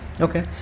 Okay